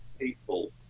people